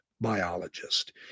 Biologist